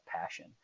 passion